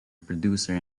producer